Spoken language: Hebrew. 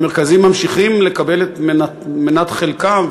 המרכזים ממשיכים לקבל את מנת חלקם,